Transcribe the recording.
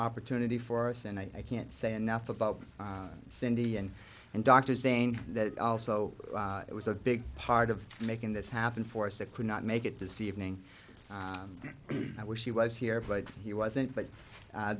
opportunity for us and i can't say enough about cindy and and doctors saying that also it was a big part of making this happen for us that could not make it this evening i wish he was here but he wasn't but